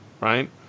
right